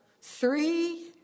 three